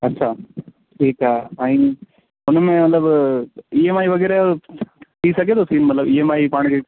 अच्छा ठीकु आहे ऐं उन में मतिलब ई एम आई वगै़रह जो थी सघे थो सीन मतिलब ई एम आई पाण